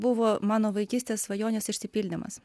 buvo mano vaikystės svajonės išsipildymas